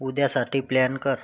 उद्यासाठी प्लॅन कर